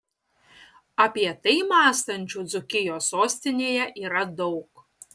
apie tai mąstančių dzūkijos sostinėje yra daug